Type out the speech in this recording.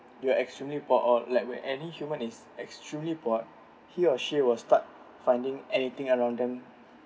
you are extremely bored or where any human is extremely bored he or she will start finding anything around them